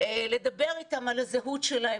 לדבר איתם על הזהות שלהם.